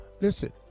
listen